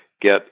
get